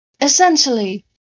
Essentially